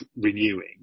renewing